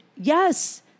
Yes